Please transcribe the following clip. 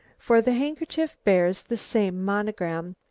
for the handkerchief bears the same monogram,